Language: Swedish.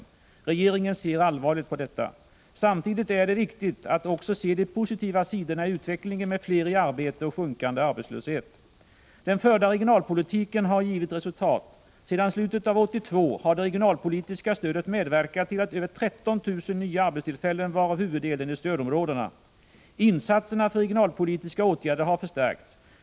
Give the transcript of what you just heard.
Regeringen ser allvarligt på detta. Samtidigt 125 är det viktigt att också se de positiva sidorna i utvecklingen med fler i arbete och sjunkande arbetslöshet. Den förda regionalpolitiken har givit resultat. Sedan slutet av år 1982 har det regionalpolitiska stödet medverkat till över 13 000 nya arbetstillfällen varav huvuddelen i stödområdena. Insatserna för regionalpolitiska åtgärder har förstärkts.